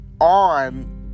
on